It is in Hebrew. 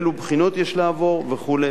אילו בחינות יש לעבור וכו'.